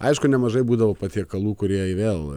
aišku nemažai būdavo patiekalų kurie vėl